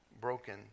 broken